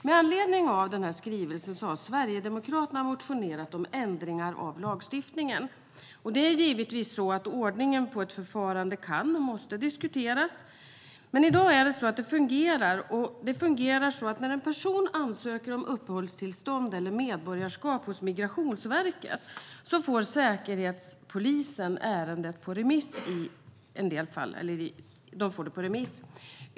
Med anledning av denna skrivelse har Sverigedemokraterna motionerat om ändringar i lagstiftningen. Det är givetvis så att ordningen på ett förfarande kan och måste diskuteras, men i dag är det så att detta fungerar. När en person ansöker om uppehållstillstånd eller medborgarskap hos Migrationsverket får Säkerhetspolisen ärendet på remiss i en del fall.